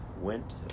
went